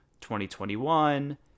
2021